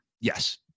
Yes